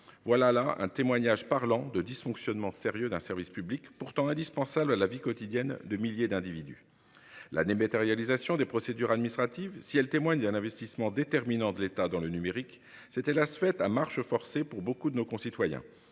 Voilà un témoignage parlant de dysfonctionnements sérieux d'un service public pourtant indispensable à la vie quotidienne de milliers d'individus. La dématérialisation des procédures administratives si elle témoigne un investissement déterminant de l'État dans le numérique. C'était la fête à marche forcée pour beaucoup de nos concitoyens.